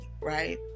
right